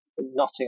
Nottingham